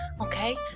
okay